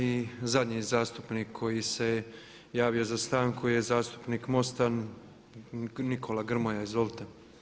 I zadnji zastupnik koji se javio za stanku je zastupnik MOST-a Nikola Grmoja, izvolite.